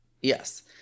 Yes